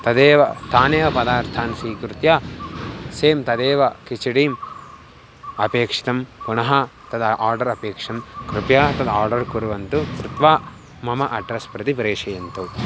तदेव तानेव पदार्थान् स्वीकृत्य सें तदेव किचडीम् अपेक्षितं पुनः तद् आर्डर् अपेक्षं कृपया तद् आर्डर् कुर्वन्तु कृत्वा मम अड्रेस् प्रति प्रेषयन्तु